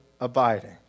abiding